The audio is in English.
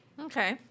Okay